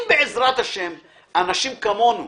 אם בעזרת השם אנשים כמונו,